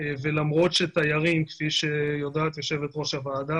ולמרות שתיירים כפי שיודעת יושבת ראש הוועדה